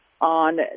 on